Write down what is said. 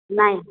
ନାଇଁ